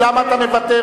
למה אתה מוותר?